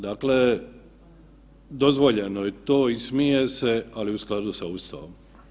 Dakle, dozvoljeno je to i smije se, ali u skladu sa Ustavom.